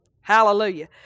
Hallelujah